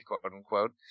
quote-unquote